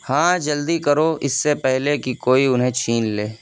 ہاں جلدی کرو اس سے پہلے کہ کوئی انہیں چھین لے